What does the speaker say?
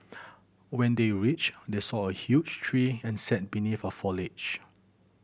when they reached they saw a huge tree and sat beneath a foliage